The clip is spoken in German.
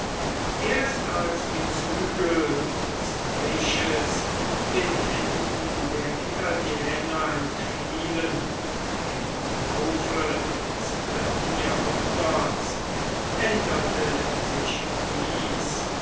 erst als die zügel des reiches den händen der italiener entfielen im laufe des dritten jahrhunderts änderte sich dies